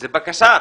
זו בקשה.